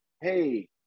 hey